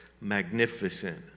magnificent